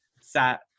sat